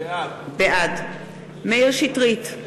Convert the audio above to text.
בעד מאיר שטרית,